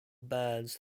bands